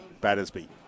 Battersby